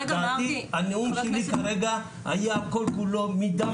הנאום שלי כרגע היה כל כולו מדם